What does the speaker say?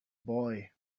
boy